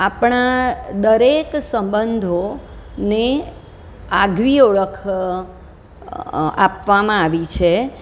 આપણા દરેક સંબંધોને આગવી ઓળખ આપવામાં આવી છે